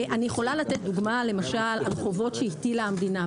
אני יכולה לתת דוגמה על חובות שהטילה המדינה.